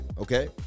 Okay